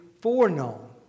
foreknown